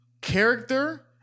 character